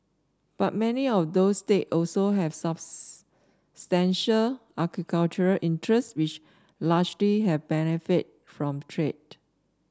but many of those state also have substantial agricultural interest which largely have benefited from trade